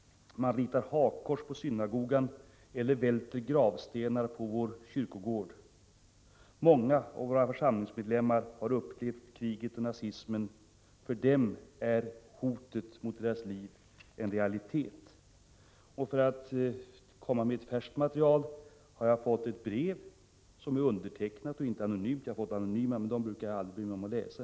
Man ritar hakkors på synagogan eller välter gravstenar på vår kyrkogård. Många av våra församlingsmedlemmar har upplevt kriget och nazismen. För dem är hot mot deras liv en realitet.” Jag kan också komma med litet färskt material. Jag har fått ett brev som är undertecknat, inte anonymt. Jag har fått anonyma också, men dem brukar jag aldrig bry mig om att läsa.